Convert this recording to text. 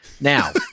Now